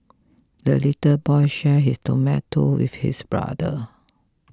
the little boy shared his tomato with his brother